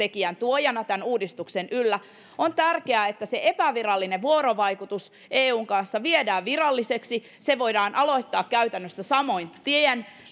voimakkaana epävarmuustekijänä tämän uudistuksen yllä on tärkeää että epävirallinen vuorovaikutus eun kanssa viedään viralliseksi tämän oikeusvarmuusilmoituksen tekeminen voidaan aloittaa käytännössä saman tien